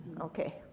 Okay